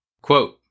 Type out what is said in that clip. Quote